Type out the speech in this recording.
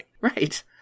Right